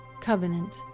Covenant